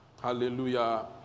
Hallelujah